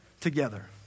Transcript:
together